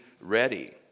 ready